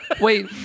Wait